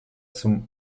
zum